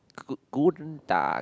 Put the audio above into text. go~ golden duck